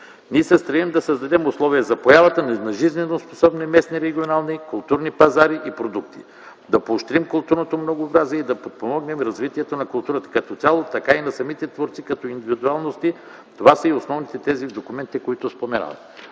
Ние се стремим да създадем условия за появата на жизненоспособни местни регионални културни пазари и продукти. Да поощрим културното многообразие и да подпомогнем развитието на културата като цяло, така и на самите творци като индивидуалности – това са и основните тези в документите, които споменавам.